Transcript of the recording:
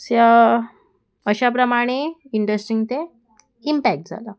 so अशा प्रमाणें इंडस्ट्रीन तें इम्पॅक्ट जाला